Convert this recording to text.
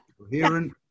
coherent